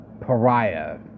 pariah